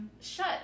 shut